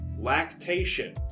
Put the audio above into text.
Lactation